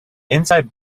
inside